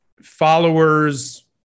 followers